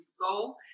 go